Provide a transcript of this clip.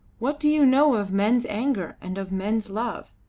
what do you know of men's anger and of men's love?